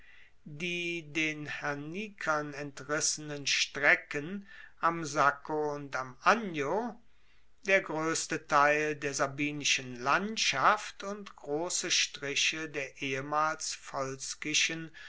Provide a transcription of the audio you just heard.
die den hernikern entrissenen strecken am sacco und am anio der groesste teil der sabinischen landschaft und grosse striche der ehemals